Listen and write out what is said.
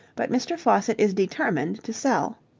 but mr. faucitt is determined to sell.